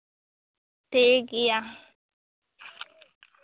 ᱴᱷᱤᱠ ᱜᱮᱭᱟ